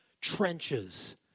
trenches